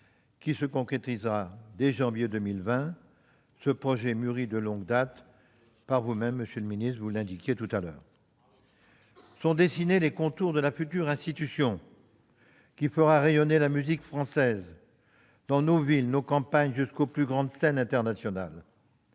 qui concrétisera dès janvier 2020 ce projet mûri de longue date par vous-même, monsieur le ministre. Sont dessinés les contours de la future institution qui fera rayonner la musique française dans nos villes, dans nos campagnes, sur les plus grandes scènes internationales.